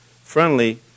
friendly